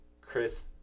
Chris